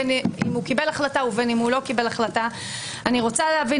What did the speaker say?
בין אם הוא קיבל החלטה ובין אם הוא לא קיבל החלטה אני רוצה להבין